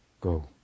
Go